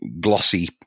glossy